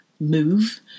move